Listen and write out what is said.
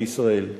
בישראל.